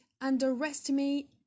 underestimate